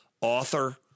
author